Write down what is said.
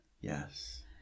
Yes